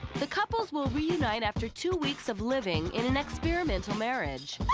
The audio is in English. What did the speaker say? the couples will reunite after two weeks of living in an experimental marriage.